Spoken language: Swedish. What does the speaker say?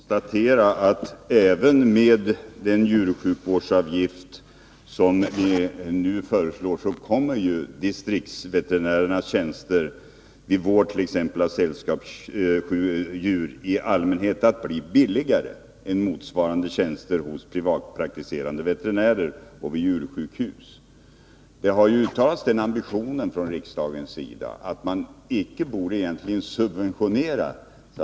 Herr talman! Låt mig konstatera, att även med den djursjukvårdsavgift som nu föreslås, kommer ju distriktsveterinärernas tjänster —t.ex. vid vård av sällskapsdjur — i allmänhet att bli billigare än motsvarande tjänster hos privatpraktiserande veterinärer och vid djursjukhus. Riksdagen har ju uttalat ambitionen att denna typ av djursjukvård inte borde subventioneras.